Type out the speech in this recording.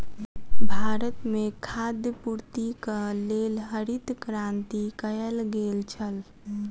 भारत में खाद्य पूर्तिक लेल हरित क्रांति कयल गेल छल